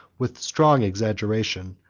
with strong exaggeration,